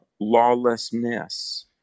lawlessness